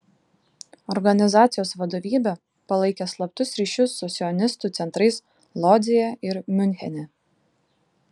organizacijos vadovybė palaikė slaptus ryšius su sionistų centrais lodzėje ir miunchene